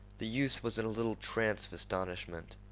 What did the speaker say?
the youth was in a little trance of astonishment.